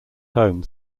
home